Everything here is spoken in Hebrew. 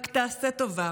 רק תעשה טובה,